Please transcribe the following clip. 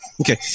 Okay